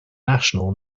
national